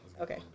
Okay